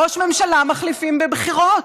ראש ממשלה מחליפים בבחירות,